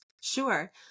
Sure